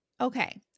Okay